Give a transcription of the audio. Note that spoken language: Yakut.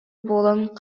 буолан